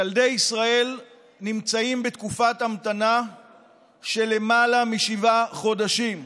ילדי ישראל נמצאים בתקופת המתנה של למעלה משבעה חודשים.